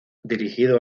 dirigido